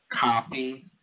Copy